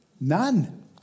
None